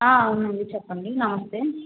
అవునండి చెప్పండి నమస్తే